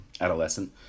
adolescent